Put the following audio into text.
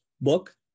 book